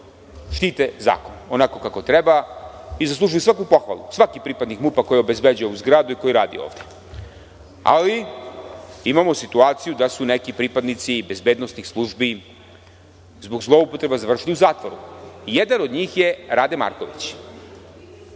štite zakon onako kako treba i zaslužuju svaku pohvalu, svaki pripadnik MUP-a koji obezbeđuje ovu zgradu i koji radi ovde. Ali, imamo situaciju da su neki pripadnici bezbednosnih službi, zbog zloupotreba, završili u zatvoru. Jedan od njih je Rade Marković.